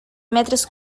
metres